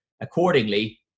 accordingly